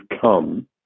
come